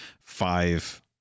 five